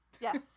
Yes